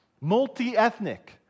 multi-ethnic